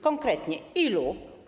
Konkretnie ilu?